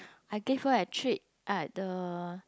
I gave her a treat at the